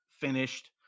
finished